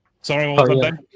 Sorry